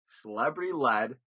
Celebrity-led